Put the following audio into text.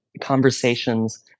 conversations